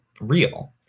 real